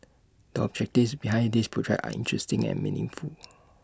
the objectives behind this project are interesting and meaningful